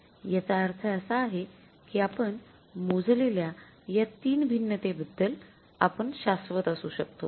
याचा अर्थ असा आहे की आपण मोजलेल्या या ३ भिन्नतीबद्दल आपण शाश्वत असू शकतो